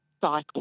cycle